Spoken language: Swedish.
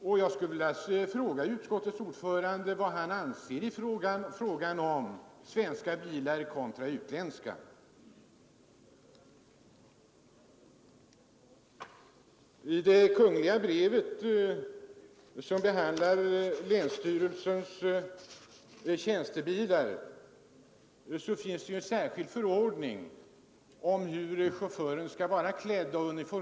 Och jag skulle vilja fråga utskottets ordförande vad han anser i fråga om svenska bilar kontra utländska. I det kungliga brevet som behandlar länsstyrelsernas tjänstebilar, finns det en särskild föreskrift om hur chauffören skall vara klädd.